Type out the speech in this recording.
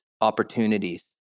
opportunities